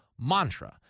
mantra